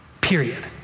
Period